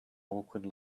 awkward